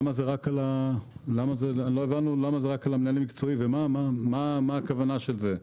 לא הבנו מה הכוונה של זה.